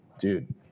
Dude